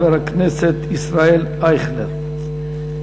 חבר הכנסת ישראל אייכלר.